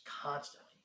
constantly